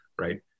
right